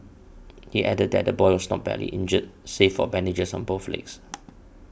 he added that the boy was not badly injured save for bandages on both legs